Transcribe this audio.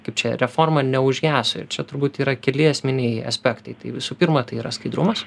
kaip čia reforma neužgeso ir čia turbūt yra keli esminiai aspektai tai visų pirma tai yra skaidrumas